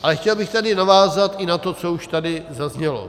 Ale chtěl bych tady navázat i na to, co už tady zaznělo.